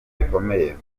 gikomeye